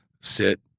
Sit